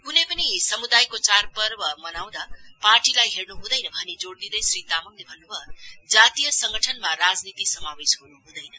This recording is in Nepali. कुनै पनि समुदायको चाढ़ पर्व मनाउँदा पार्टीलाई हेर्नु हुँदैन भनी जोड़ दिदै श्री तामाङले भन्नुभयो जातिय संगठनमा राजनीति समावेश हुनु हुँदैन